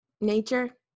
nature